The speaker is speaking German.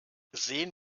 sehen